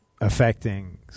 affecting